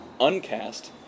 Uncast